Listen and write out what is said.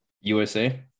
USA